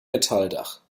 metalldach